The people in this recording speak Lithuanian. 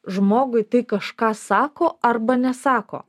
žmogui tai kažką sako arba nesako